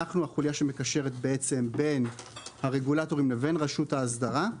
אנחנו החולייה שמקשרת בעצם בין הרגולטורים לבין רשות האסדרה.